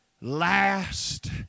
last